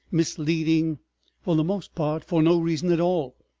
misleading for the most part for no reason at all.